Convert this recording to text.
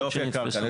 לאופי הקרקע.